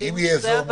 מתנגדים לזה.